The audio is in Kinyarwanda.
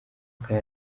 bwa